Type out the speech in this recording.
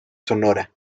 sonora